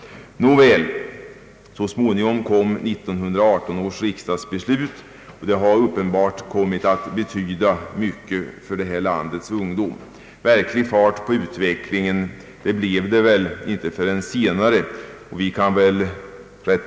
Nåväl, så småningom kom 1918 års riksdagsbeslut, och det har uppenbarligen kommit att betyda mycket för vårt lands ungdom. Verklig fart på utvecklingen blev det dock inte förrän senare.